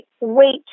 wait